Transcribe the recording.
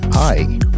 Hi